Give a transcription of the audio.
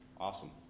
Awesome